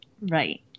right